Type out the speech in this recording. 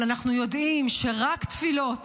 אבל אנחנו יודעים שרק תפילות